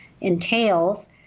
entails